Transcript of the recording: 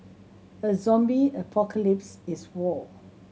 a zombie apocalypse is war